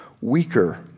weaker